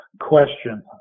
question